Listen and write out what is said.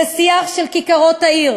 זה שיח של כיכרות העיר,